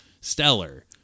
stellar